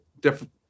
different